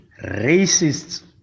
racists